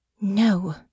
No